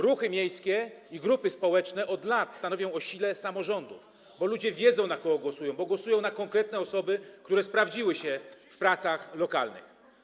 Ruchy miejskie i grupy społeczne od lat stanowią o sile samorządów, bo ludzie wiedzą, na kogo głosują, bo głosują na konkretne osoby, które sprawdziły się w pracach lokalnych.